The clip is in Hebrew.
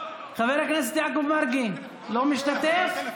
אינו נוכח חבר הכנסת יעקב מרגי, לא משתתף?